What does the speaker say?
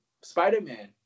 Spider-Man